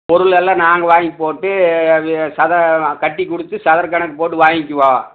பொருளெல்லாம் நாங்கள் வாங்கிப் போட்டு அது சத கட்டிக் கொடுத்து சதுரக் கணக்கு போட்டு வாங்கிக்குவோம்